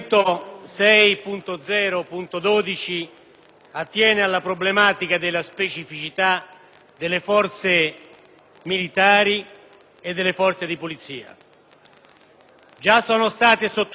attiene alla problematica della specificità delle forze militari e delle forze di polizia. Già sono state sottolineate, anche nella seduta odierna,